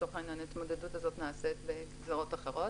וההתמודדות הזו נעשית בגזרות אחרות.